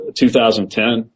2010